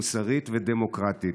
מוסרית ודמוקרטית.